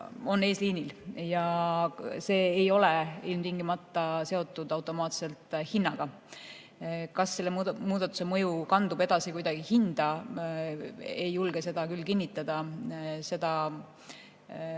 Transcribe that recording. on eesliinil. See ei ole ilmtingimata automaatselt hinnaga seotud. Kas selle muudatuse mõju kandub kuidagi edasi hinda? Ei julge seda küll kinnitada. Seda